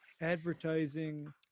advertising